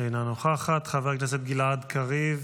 אינה נוכחת, חבר הכנסת גלעד קריב,